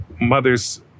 mothers